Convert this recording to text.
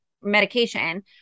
medication